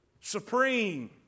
supreme